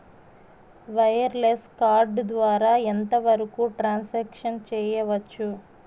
Wireless card ద్వారా ఎంత వరకు ట్రాన్ సాంక్షన్ చేయవచ్చు?